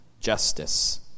justice